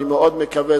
אני מאוד מקווה,